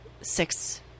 six